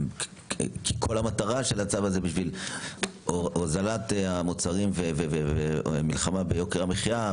וכל המטרה של הצו הזה היא בשביל הוזלת המוצרים ומלחמה ביוקר המחיה,